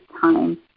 time